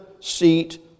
seat